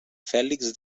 fèlix